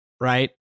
right